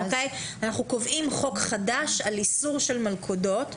אנחנו קובעים חוק חדש על איסור של מלכודות,